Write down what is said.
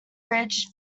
ridge